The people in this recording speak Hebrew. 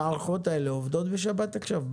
המערכות האלה עובדות עכשיו בשבת?